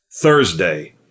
Thursday